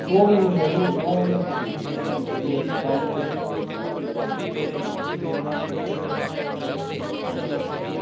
तोह् किन्नी लैनी में ते कम्म ई